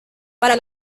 para